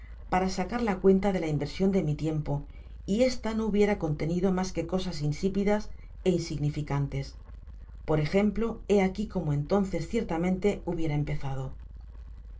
para sacar la cuenta de la inversion de mi tiempo y esta no hubiera contenido mas que cosas insipidas é insignificantes por ejemplo hé aqui como entonces ciertamente hubiera empezado el